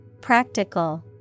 Practical